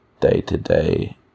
day-to-day